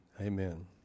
amen